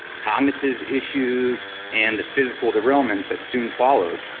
cognitive issues and the physical derailment that soon followed.